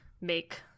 make